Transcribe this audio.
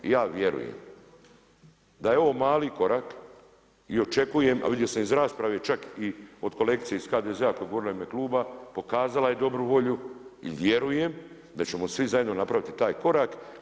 Ja vjerujem da je ovo mali korak i očekujem, a vidio sam i iz rasprave čak i od kolegice iz HDZ-a koja je govorila u ime Kluba, pokazala je dobru volju i vjerujem da ćemo svi zajedno napraviti taj korak.